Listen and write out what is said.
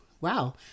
Wow